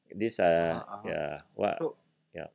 this uh ya what yup